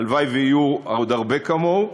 הלוואי שיהיו עוד הרבה כמוהו,